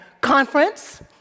conference